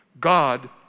God